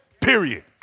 period